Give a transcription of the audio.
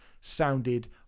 sounded